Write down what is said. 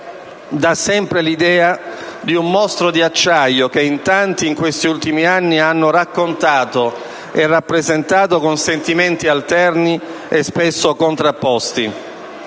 dà sempre l'idea di un mostro d'acciaio che in tanti in questi ultimi anni hanno raccontato e rappresentato con sentimenti alterni e spesso contrapposti.